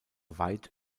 weit